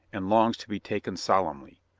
and longs to be taken solemnly.